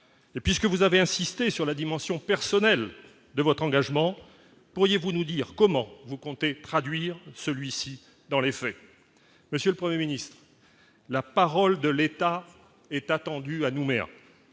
et puisque vous avez insisté sur la dimension personnelle de votre engagement, pourriez-vous nous dire comment vous comptez traduire celui-ci dans les faits, monsieur le 1er ministre la parole de l'État est attendu à Nouméa,